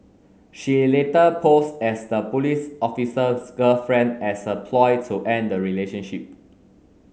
she later posed as the police officer's girlfriend as a ploy to end the relationship